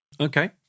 okay